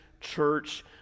church